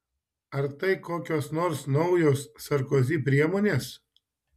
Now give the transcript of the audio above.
ar tai kokios nors naujos sarkozi priemonės